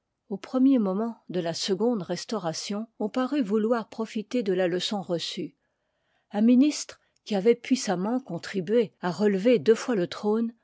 au premier moment de la seconde restauration on parut vouloir profiter de la leçon reçue un ministre qui avoit puissamment contribué à relever deux fois le trône